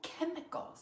chemicals